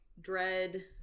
dread